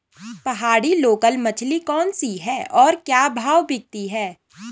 पहाड़ी लोकल मछली कौन सी है और क्या भाव बिकती है?